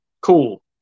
Cool